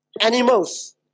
animals